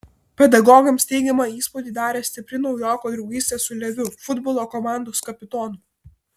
pedagogams teigiamą įspūdį darė stipri naujoko draugystė su leviu futbolo komandos kapitonu